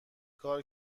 کار